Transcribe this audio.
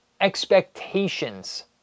expectations